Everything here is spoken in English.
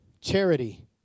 Charity